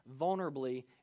vulnerably